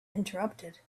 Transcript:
interrupted